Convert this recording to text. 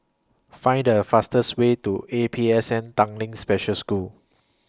Find The fastest Way to A P S N Tanglin Special School